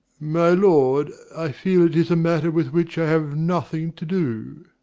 my lord, i feel it is a matter with which i have nothing to do.